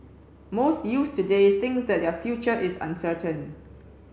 most youths today think that their future is uncertain